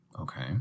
Okay